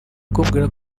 kumbwira